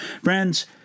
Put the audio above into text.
Friends